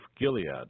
Gilead